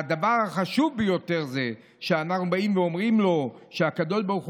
והדבר החשוב ביותר זה שאנחנו אומרים לו: הקדוש ברוך